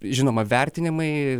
žinoma vertinimai